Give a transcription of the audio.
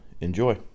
enjoy